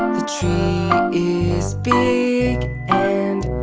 the tree is big and